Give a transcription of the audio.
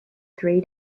three